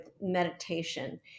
meditation